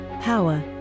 Power